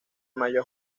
mayo